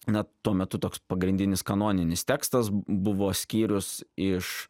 na tuo metu toks pagrindinis kanoninis tekstas buvo skyrius iš